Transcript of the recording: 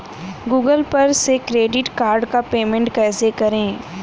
Google पर से credit card का पेमेंट कैसे करें?